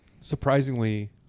surprisingly